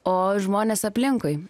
o žmonės aplinkui